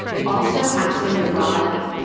it also acts on your body,